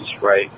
right